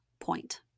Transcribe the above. point